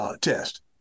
test